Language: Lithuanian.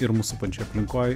ir mus supančioj aplinkoj